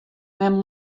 men